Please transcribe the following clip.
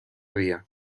vía